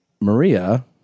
Maria